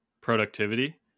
productivity